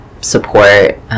support